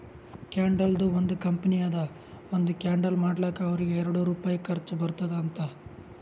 ಕ್ಯಾಂಡಲ್ದು ಒಂದ್ ಕಂಪನಿ ಅದಾ ಒಂದ್ ಕ್ಯಾಂಡಲ್ ಮಾಡ್ಲಕ್ ಅವ್ರಿಗ ಎರಡು ರುಪಾಯಿ ಖರ್ಚಾ ಬರ್ತುದ್ ಅಂತ್